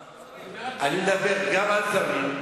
אני מדבר גם על זרים,